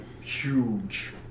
huge